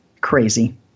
crazy